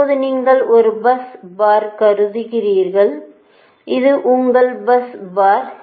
இப்போது நீங்கள் ஒரு பஸ் பார் கருதுகிறீர்கள் இது உங்கள் பஸ் பார்